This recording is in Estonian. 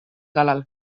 kallal